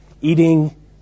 eating